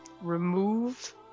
remove